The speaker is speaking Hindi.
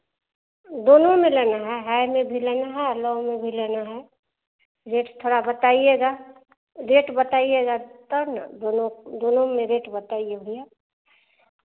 दोनों में लेना है हाई में भी लेना है और लो में भी लेना है रेट थोड़ा बताइएगा रेट बताइएगा तब ना दोनों दोनों में रेट बताइए भैया